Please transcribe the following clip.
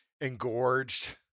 engorged